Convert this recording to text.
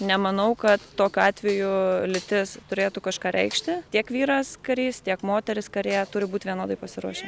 nemanau kad tokiu atveju lytis turėtų kažką reikšti tiek vyras karys tiek moteris karė turi būt vienodai pasiruošę